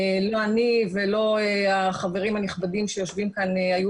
לא אני ולא החברים הנכבדים שיושבים כאן היו